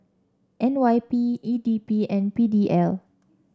N Y P E D B and P D L